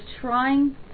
trying